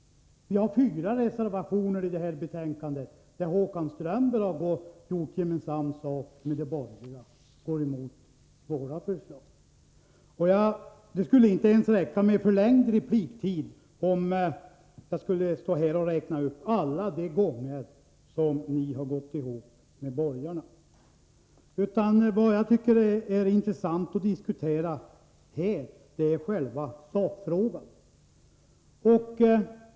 Vi har fyra reservationer i betänkandet. Håkan Strömberg har gjort gemensam sak med borgarna och gått emot vårt förslag. Det skulle inte räcka ens med en förlängd repliktid om jag skulle räkna upp alla de gånger då ni har gått ihop med borgarna. Men vad jag tycker är intressant att diskutera är själva sakfrågan.